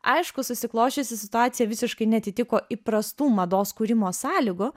aišku susiklosčiusi situacija visiškai neatitiko įprastų mados kūrimo sąlygų